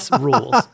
rules